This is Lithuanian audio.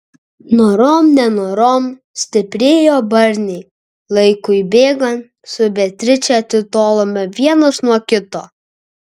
norom nenorom stiprėjo barniai laikui bėgant su beatriče atitolome vienas nuo kito